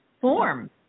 form